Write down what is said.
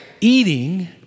eating